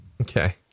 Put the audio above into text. Okay